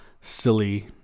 silly